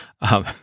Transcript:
um-